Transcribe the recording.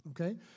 okay